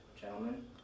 gentlemen